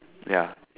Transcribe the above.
ya